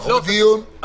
אנחנו בדיון,